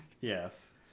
Yes